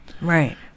Right